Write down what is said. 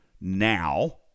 now